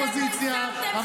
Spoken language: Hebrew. אז טוב שהתעוררתם אופוזיציה,